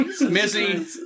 Missy